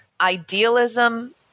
idealism